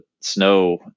snow